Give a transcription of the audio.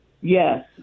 Yes